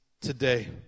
today